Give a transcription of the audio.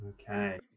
Okay